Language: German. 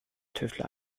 tüftler